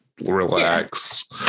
relax